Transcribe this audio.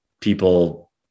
people